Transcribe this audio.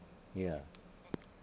ya